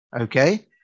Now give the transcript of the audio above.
okay